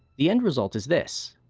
the end result is this